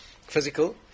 physical